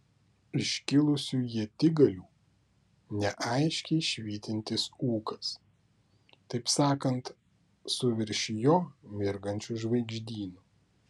iškilusių ietigalių neaiškiai švytintis ūkas taip sakant su virš jo mirgančiu žvaigždynu